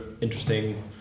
interesting